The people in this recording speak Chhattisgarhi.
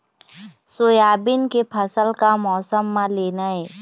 सोयाबीन के फसल का मौसम म लेना ये?